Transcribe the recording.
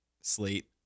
Slate